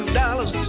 dollars